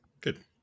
Good